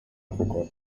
africa